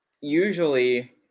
usually